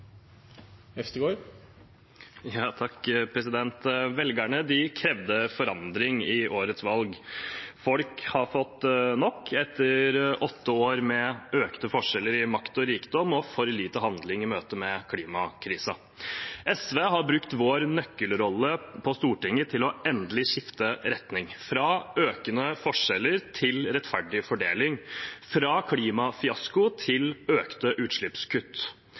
Velgerne krevde forandring i årets valg. Folk har fått nok etter åtte år med økte forskjeller i makt og rikdom og for lite handling i møte med klimakrisen. Vi i SV har brukt vår nøkkelrolle på Stortinget til å endelig skifte retning – fra økende forskjeller til rettferdig fordeling, fra klimafiasko til økte utslippskutt.